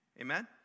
Amen